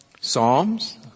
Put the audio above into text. Psalms